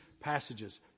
passages